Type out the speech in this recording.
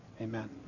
amen